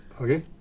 Okay